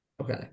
okay